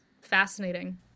fascinating